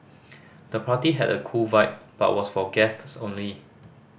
the party had a cool vibe but was for guests only